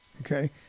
Okay